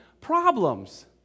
problems